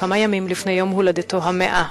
כמה ימים לפני יום הולדתו ה-100.